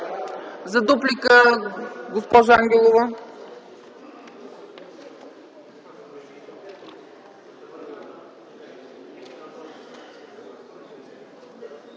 За дуплика – госпожо Ангелова,